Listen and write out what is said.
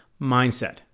mindset